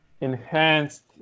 enhanced